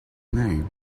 name